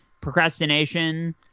procrastination